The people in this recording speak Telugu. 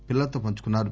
పిల్లలతో పంచుకున్నారు